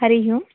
हरिः ओम्